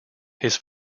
his